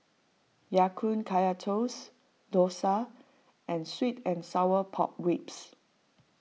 Ya Kun Kaya Toast Dosa and Sweet and Sour Pork Ribs